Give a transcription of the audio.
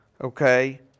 Okay